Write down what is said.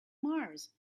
mars